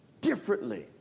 differently